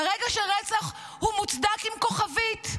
ברגע שרצח הוא מוצדק, עם כוכבית,